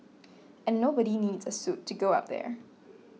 and nobody needs a suit to go up there